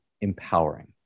empowering